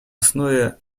основе